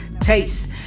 Taste